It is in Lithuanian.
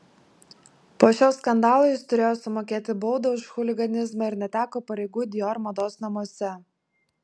po šio skandalo jis turėjo sumokėti baudą už chuliganizmą ir neteko pareigų dior mados namuose